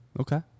Okay